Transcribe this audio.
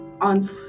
on